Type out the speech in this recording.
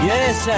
Yes